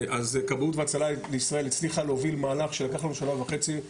כבאות והצלחה לישראל הצליחה להוביל מהלך שלקח לנו שנה וחצי,